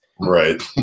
Right